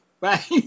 Right